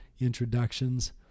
introductions